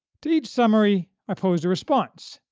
to each summary, i posed a response,